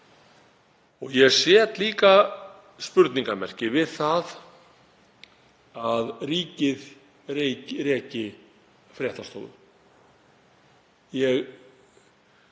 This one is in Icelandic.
Ég set líka spurningarmerki við það að ríkið reki fréttastofu. Ég